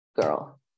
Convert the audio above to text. girl